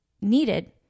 needed